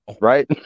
Right